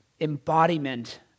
embodiment